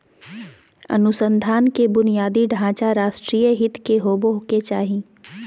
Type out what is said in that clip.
अनुसंधान के बुनियादी ढांचा राष्ट्रीय हित के होबो के चाही